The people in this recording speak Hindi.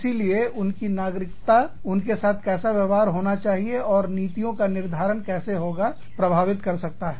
इसीलिए उनकी नागरिकता उनके साथ कैसा व्यवहार होना चाहिए और नीतियों का निर्धारण कैसे होगा को प्रभावित कर सकता है